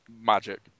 Magic